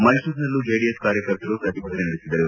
ಮೈಸೂರಿನಲ್ಲೂ JDS ಕಾರ್ಯಕರ್ತರು ಪ್ರತಿಭಟನೆ ನಡೆಸಿದರು